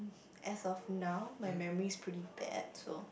as of now my memory is pretty bad so